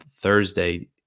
thursday